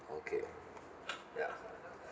okay ya